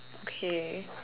okay